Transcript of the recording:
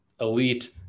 elite